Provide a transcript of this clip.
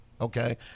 Okay